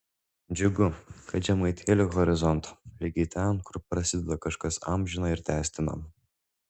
džiugu kad žemaitija lig horizonto ligi ten kur prasideda kažkas amžina ir tęstina